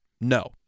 No